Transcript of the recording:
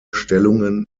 stellungen